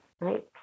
Right